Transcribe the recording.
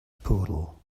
poodle